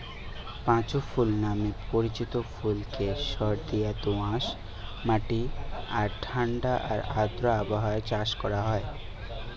পাঁচু ফুল নামে পরিচিত ফুলকে সারদিয়া দোআঁশ মাটি আর ঠাণ্ডা আর আর্দ্র আবহাওয়ায় চাষ করা হয়